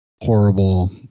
horrible